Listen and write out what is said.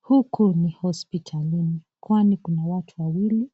Huku ni hospitalini, kwani kuna watu wawili,